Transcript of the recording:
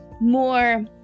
more